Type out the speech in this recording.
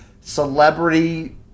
celebrity